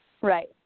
Right